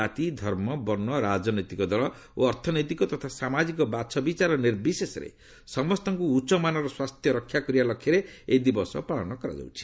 ଜାତି ଧର୍ମ ବର୍ଣ୍ଣ ରାଜନୈତିକ ଦଳ ଓ ଅର୍ଥନୈତିକ ତଥା ସାମାଜିକ ବାଛବିଚାର ନିର୍ବିଶେଷରେ ସମସ୍ତଙ୍କୁ ଉଚ୍ଚମାନର ସ୍ୱାସ୍ଥ୍ୟ ରକ୍ଷା କରିବା ଲକ୍ଷ୍ୟରେ ଏହି ଦିବସ ପାଳନ କରାଯାଉଛି